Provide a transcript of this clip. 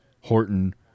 Horton